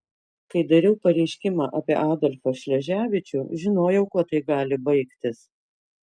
kai dariau pareiškimą apie adolfą šleževičių žinojau kuo tai gali baigtis